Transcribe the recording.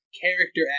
character